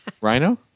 Rhino